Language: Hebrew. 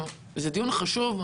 זה דיון חשוב.